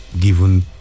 given